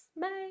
Bye